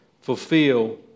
Fulfill